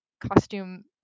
costume